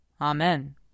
Amen